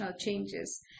changes